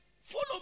follow